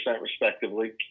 respectively